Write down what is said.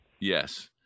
yes